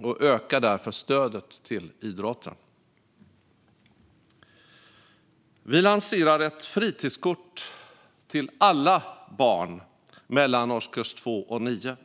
och ökar därför stödet till idrotten. Vi lanserar ett fritidskort till alla barn i årskurs 2-9.